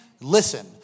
listen